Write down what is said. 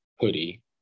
hoodie